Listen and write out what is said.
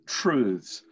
truths